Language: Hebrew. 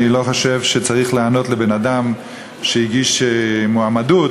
לא חושב שצריך לענות לבן-אדם שהגיש מועמדות,